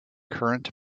current